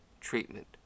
treatment